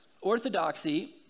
orthodoxy